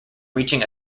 reaching